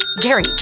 Gary